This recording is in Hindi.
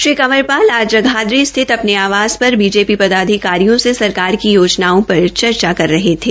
श्री कंवरपाल आज जगाधरी स्थित अपने आवास पर बीजेपी पदाधिकारियों से सरकार की योजनाओं पर चर्चा कर रहे थे